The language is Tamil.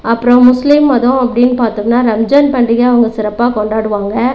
அப்புறம் முஸ்லீம் மதம் அப்படினு பார்த்தம்னா ரம்ஜான் பண்டிகை அவங்க சிறப்பாக கொண்டாடுவாங்கள்